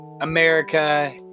America